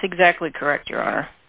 that's exactly correct your